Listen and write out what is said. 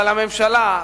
אבל הממשלה,